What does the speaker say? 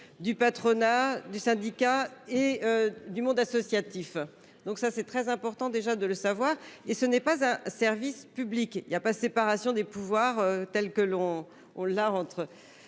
du patronat, des syndicats et. Du monde associatif. Donc ça c'est très important déjà de le savoir et ce n'est pas un service public il y a pas séparation des pouvoirs, tels que l'on, on la rentre.